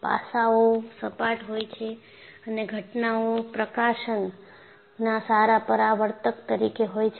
પાસાઓ સપાટ હોય છે અને ઘટનાઓ પ્રકાશના સારા પરાવર્તક તરીકે હોય છે